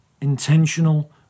intentional